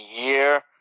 year